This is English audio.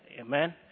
Amen